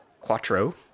quattro